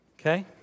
okay